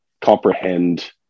comprehend